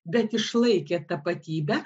bet išlaikė tapatybę